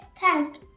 thank